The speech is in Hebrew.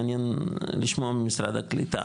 מעניין לשמוע ממשרד הקליטה,